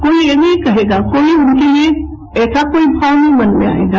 कोई यह नहीं कहेगा कोई उनके लिए ऐसा कोई भाव मन में नहीं आयेगा